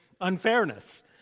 unfairness